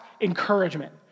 encouragement